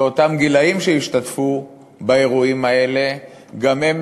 ואותם גילאים שהשתתפו באירועים האלה גם הם